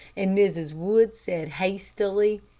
and mrs. wood said hastily,